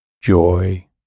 joy